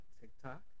TikTok